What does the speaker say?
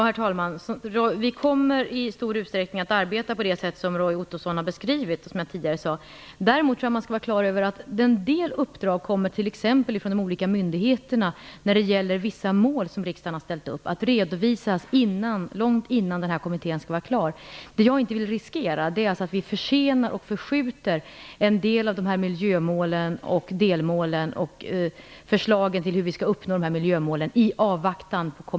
Herr talman! Vi kommer, som jag tidigare sade, i stor utsträckning att arbeta på det sätt som Roy Ottosson har beskrivit. Däremot tror jag att man skall vara klar över att en del uppdrag, t.ex. från de olika myndigheterna när det gäller vissa mål som riksdagen har ställt upp, kommer att redovisas långt innan denna kommitté skall vara klar. Det som jag inte vill riskera är att vi i avvaktan på kommitténs arbete försenar och förskjuter en del av miljömålen och delmålen samt förslagen till hur vi skall uppnå dessa.